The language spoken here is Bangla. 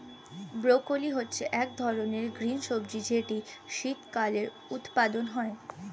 ব্রকোলি হচ্ছে এক ধরনের গ্রিন সবজি যেটার শীতকালীন উৎপাদন হয়ে